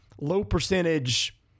low-percentage